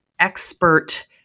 Expert